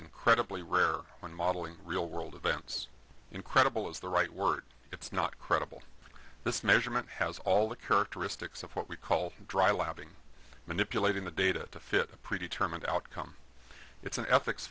incredibly rare when modeling real world events incredible is the right word it's not credible this measurement has all the characteristics of what we call dry lobbying manipulating the data to fit a predetermined outcome it's an ethics